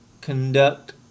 conduct